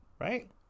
right